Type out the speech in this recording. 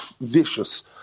vicious